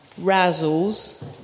Razzles